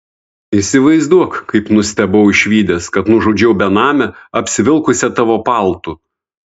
įsivaizduok kaip nustebau išvydęs kad nužudžiau benamę apsivilkusią tavo paltu